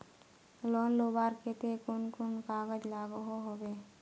Loan लुबार केते कुन कुन कागज लागोहो होबे?